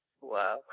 Wow